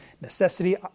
necessity